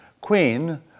queen